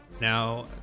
Now